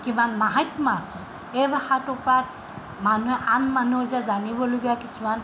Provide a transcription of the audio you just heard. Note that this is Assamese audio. কিমান মাহাত্ম্য় আছে এই ভাষাটোৰ পৰা মানুহে আন মানুহে যে জানিবলগীয়া কিছুমান